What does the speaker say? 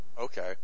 Okay